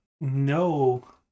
no